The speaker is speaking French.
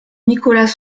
nicolas